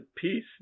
peace